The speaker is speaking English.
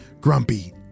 grumpy